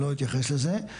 אני לא אתייחס לזה.